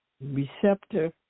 receptor